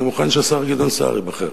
אני מוכן שהשר גדעון סער ייבחר,